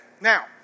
Now